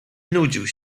nudził